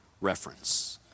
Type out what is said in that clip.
reference